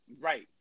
Right